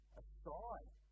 aside